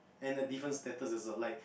and the different status is alike